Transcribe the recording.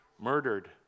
murdered